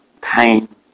pain